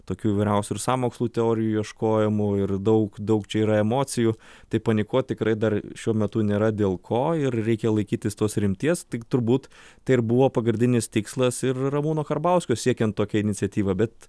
tokių įvairiausių ir sąmokslų teorijų ieškojimų ir daug daug čia yra emocijų tai panikuot tikrai dar šiuo metu nėra dėl ko ir reikia laikytis tos rimties tik turbūt tai ir buvo pagardinis tikslas ir ramūno karbauskio siekiant tokią iniciatyvą bet